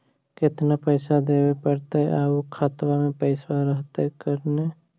केतना पैसा देबे पड़तै आउ खातबा में पैसबा रहतै करने?